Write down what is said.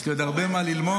יש לי עוד הרבה מה ללמוד.